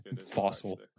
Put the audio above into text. fossil